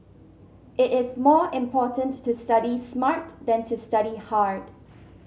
it is more important to study smart than to study hard